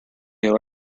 owe